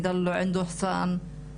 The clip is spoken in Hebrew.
הילדים של הפוגעים,